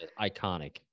Iconic